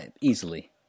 easily